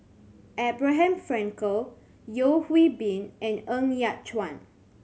Abraham Frankel Yeo Hwee Bin and Ng Yat Chuan